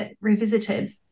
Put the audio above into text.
Revisited